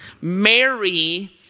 Mary